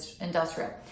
industrial